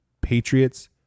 Patriots